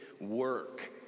work